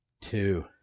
Two